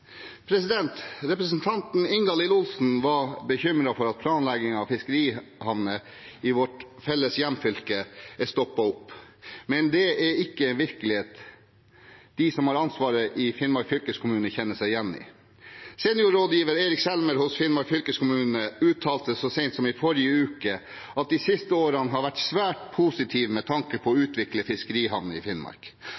Representanten Ingalill Olsen var bekymret for at planleggingen av fiskerihavner i vårt felles hjemfylke har stoppet opp. Det er ikke en virkelighet de som har ansvaret i Finnmark fylkeskommune, kjenner seg igjen i. Seniorrådgiver Eirik Selmer hos Finnmark fylkeskommune uttalte så sent som i forrige uke at de siste årene har vært svært positive med tanke på